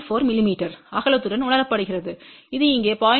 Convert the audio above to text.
4 மிமீ அகலத்துடன் உணரப்படுகிறது இது இங்கே 0